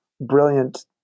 brilliant